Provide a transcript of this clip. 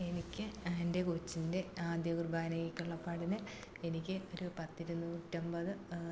എനിക്ക് എൻ്റെ കൊച്ചിൻ്റെ ആദ്യകുർബാനയ്ക്കുള്ള ഏർപ്പാടിന് എനിക്ക് ഒരു പത്തിരുന്നൂറ്റമ്പത്